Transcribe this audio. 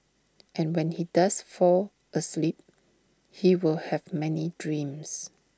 and when he does fall asleep he will have many dreams